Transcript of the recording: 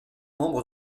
membre